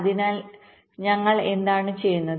അതിനാൽ ഞങ്ങൾ എന്താണ് ചെയ്യുന്നത്